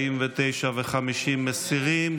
50-49 הוסרו,